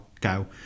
go